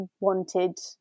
wanted